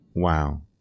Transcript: Wow